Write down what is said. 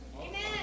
Amen